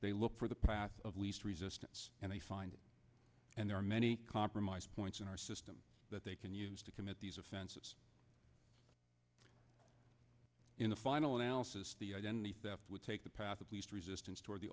they look for the path of least resistance and they find it and there are many compromise points in our system that they can use to commit these offenses in the final analysis the identity theft would take the path of least resistance toward the